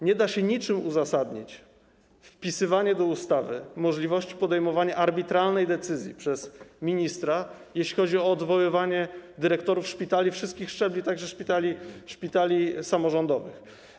Nie da się niczym uzasadnić wpisywania do ustawy możliwości podejmowania arbitralnej decyzji przez ministra, jeśli chodzi o odwoływanie dyrektorów szpitali wszystkich szczebli, także szpitali samorządowych.